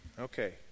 Okay